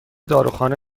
داروخانه